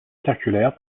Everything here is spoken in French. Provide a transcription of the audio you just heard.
circulaire